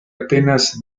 atenas